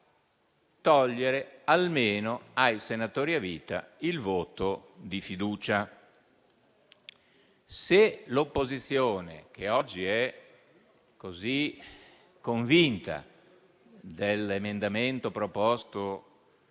togliere almeno ai senatori a vita il voto di fiducia. L'opposizione oggi è convinta dell'emendamento proposto